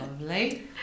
Lovely